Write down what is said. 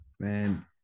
Man